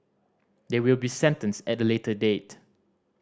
they will be sentenced at a later date